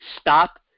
Stop